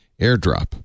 airdrop